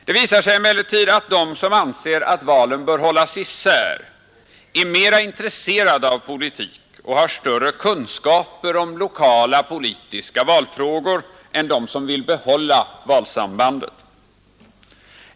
Det visar sig emellertid att de som anser att valen bör hållas isär är mera intresserade av politik och har större kunskaper om lokala politiska valfrågor än de som vill behålla valsambandet.